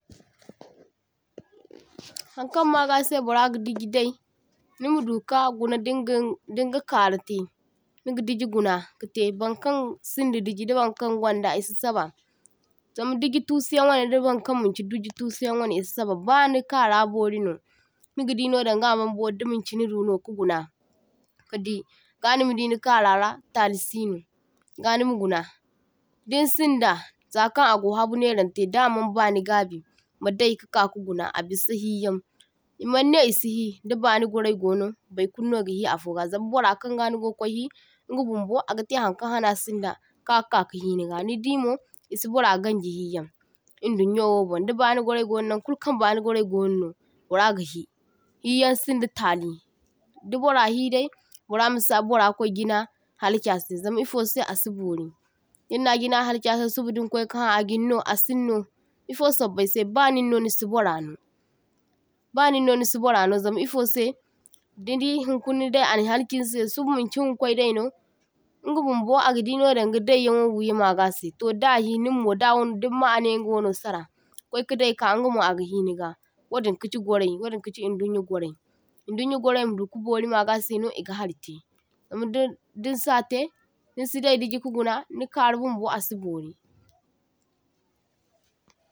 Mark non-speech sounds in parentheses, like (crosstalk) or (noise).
(noise) toh – toh Haŋkaŋ magase bara ga dijidai, nimudu ka guna dingin dinga karate nigi diji guna kate baŋkaŋ sindi diji da waŋkaŋ gonda isi saba, zam digi tusiyaŋ wane da baŋkaŋ maŋchi diji tusiyan waŋe isi saba. baŋikara borino niga dino daŋga amaŋ bori dimaŋchi ni duno kiguna kadi gaŋimadi nikarara talisino ga nimaguna, din sinda zakaŋ ago habu neraŋte damaŋ baŋigabi madai kaka kiguna abisa hiyaŋ imanne isihi da bani gwarai gono baikulno gahi afoga zam bora kaŋga nigokwai hi inga bumbo agate haŋkaŋ haŋe asinda kagaka kahi niga nidimo isi bora gaŋji hiyaŋ. Idunyoyobon da baŋi gwarai gono, naŋkulkaŋ baŋi gwarai gono no bara gahi, hiyaŋsinda tali, dibora hidai baramasi barakwai jina halaki ase, zam ifose asibori dinna jina halki ase suba dinkwai ka ha aginno asinno ifo sobbaise ba ninno nisi boraŋo ba ninno nisi boraŋo zam ifose nidi hinkunadai aŋa halkin se suba maŋchinga kwai daino, inga bumbo aga dino daŋga dayyaŋwo wiya magase, toh da hi ninmo dawaŋ dinma ane inga waŋo sara kwaikadai ka ingamo aga hiniga, wadin kachi gwarai wadin kichi idunya gwarai idunya gwarai maduka bori magase no igahari te zam di dinsa te dinsidai diji ka guna nikaru bumbo asi bori.